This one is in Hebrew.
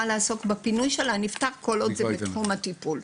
לעסוק בפינוי של הנפטר כל עוד זה בתחום הטיפול.